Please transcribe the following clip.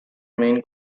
main